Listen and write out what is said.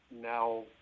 now –